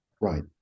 right